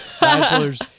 Bachelors